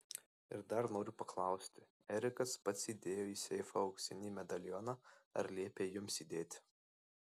ir dar noriu paklausti erikas pats įdėjo į seifą auksinį medalioną ar liepė jums įdėti